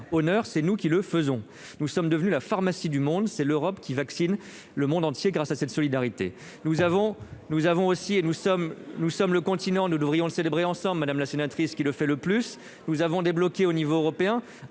et c'est tout à notre honneur. Nous sommes devenus la pharmacie du monde. C'est l'Europe qui vaccine le monde entier grâce à cette solidarité. Nous sommes le continent- nous devrions le célébrer ensemble, madame la sénatrice -qui en fait le plus, et nous avons débloqué au niveau européen